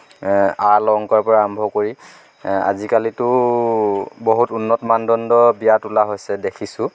আ অলংকাৰৰ পৰা আৰম্ভ কৰি আজিকালিতো বহুত উন্নত মানদণ্ডৰ বিয়া তোলা হৈছে দেখিছোঁ